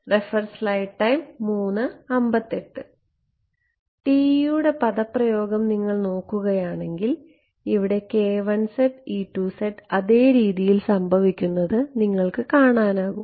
TE യുടെ പദപ്രയോഗം നിങ്ങൾ നോക്കുകയാണെങ്കിൽ ഇവിടെ അതേ രീതിയിൽ സംഭവിക്കുന്നത് നിങ്ങൾക്ക് കാണാനാകും